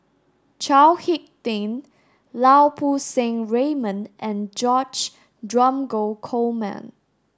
Chao Hick Tin Lau Poo Seng Raymond and George Dromgold Coleman